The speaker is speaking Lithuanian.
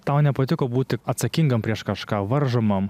tau nepatiko būti atsakingam prieš kažką varžomam